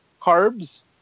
carbs